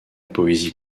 poésie